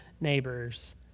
neighbors